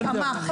ההתאמה,